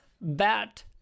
bat